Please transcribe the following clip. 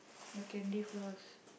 the candyfloss